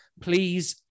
Please